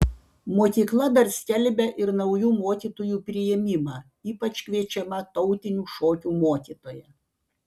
mokykla dar skelbia ir naujų mokytojų priėmimą ypač kviečiama tautinių šokių mokytoja